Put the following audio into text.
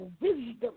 wisdom